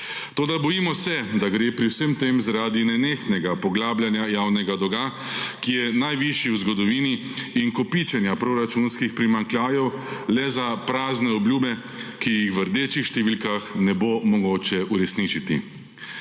Toda bojimo se, da gre pri vsem tem zaradi nenehnega poglabljanja javnega dolga, ki je najvišji v zgodovini, in kopičenja proračunskih primanjkljajev le za prazne obljube, ki jih v rdečih številkah ne bo mogoče uresničiti.